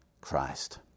Christ